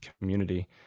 community